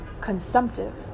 consumptive